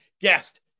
guest